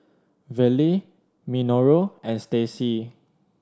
Verle Minoru and Staci